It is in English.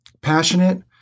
passionate